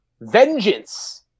Vengeance